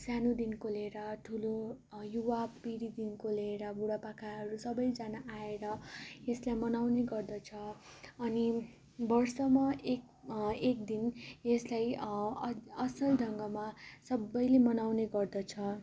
सानोदेखिको लिएर ठुलो युवा पिँढीदेखिको लिएर बुढा पाकाहरू सबैजना आएर यसलाई मनाउने गर्दछ अनि वर्षमा एक एक दिन यसलाई असल ढङ्गमा सबैले मनाउने गर्दछ